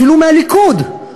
אפילו מהליכוד,